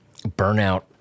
burnout